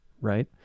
right